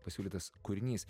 pasiūlytas kūrinys